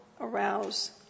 arouse